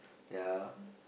ya